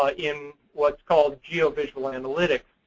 ah in what's called geovisual analytics.